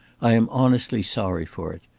i am honestly sorry for it.